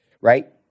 right